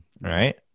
right